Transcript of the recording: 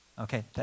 Okay